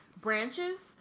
branches